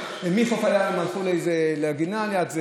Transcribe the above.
ומחוף הים הם הלכו לגינה ליד,